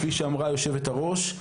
כפי שאמרה יושבת הראש,